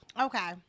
Okay